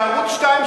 נגיד ערוץ 2,